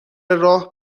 راه